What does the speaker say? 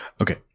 Okay